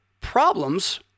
problems